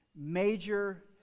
major